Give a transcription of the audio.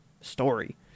story